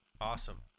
Awesome